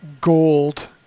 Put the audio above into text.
gold